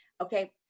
Okay